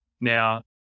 now